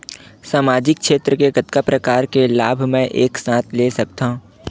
सामाजिक क्षेत्र के कतका प्रकार के लाभ मै एक साथ ले सकथव?